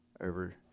over